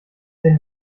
denn